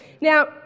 Now